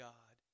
God